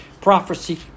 prophecy